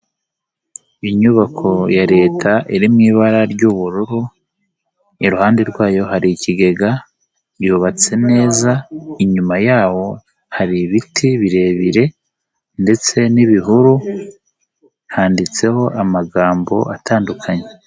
Inyubako ya Leta iri mu ibara ry'ubururu, iruhande rwayo hari ikigega, yubatse neza, inyuma yaho hari ibiti birebire ndetse n'ibihuru, handitseho amagambo atandukanye.